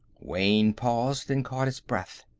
wayne paused and caught his breath.